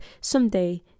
someday